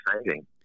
exciting